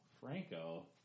Franco